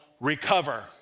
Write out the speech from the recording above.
recover